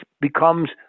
becomes